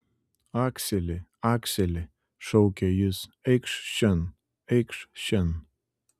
akseli akseli šaukė jis eikš šen eikš šen